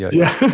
yeah